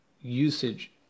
usage